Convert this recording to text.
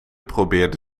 probeerde